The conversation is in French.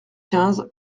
quinze